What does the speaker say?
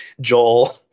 Joel